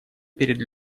перед